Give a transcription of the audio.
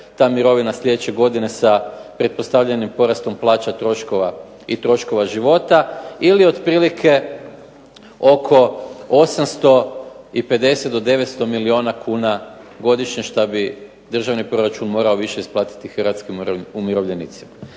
ta mirovina sljedeće godine sa pretpostavljenim porastom plaća, troškova života ili otprilike 850 do 900 milijuna kuna godišnje što bi državni proračun morao isplatiti više Hrvatskim umirovljenicima.